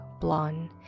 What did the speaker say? blonde